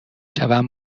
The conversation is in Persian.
شوم